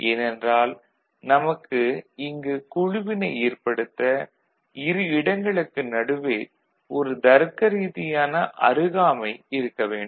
ஏனென்றால் நமக்கு இங்கு குழுவினை ஏற்படுத்த இரு இடங்களுக்கு நடுவே ஒரு தருக்க ரீதியான அருகாமை இருக்க வேண்டும்